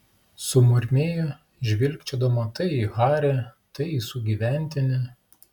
sumurmėjo žvilgčiodama tai į harį tai į sugyventinį